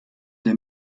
der